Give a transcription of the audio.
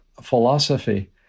philosophy